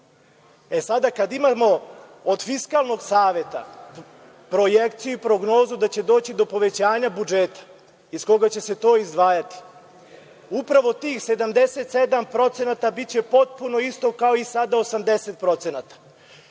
kada imamo od Fiskalnog saveta projekciju i prognozu da će doći do povećanja budžeta iz koga će se to izdvajati, upravo tih 77% biće potpuno isto kao i sada